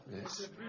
Yes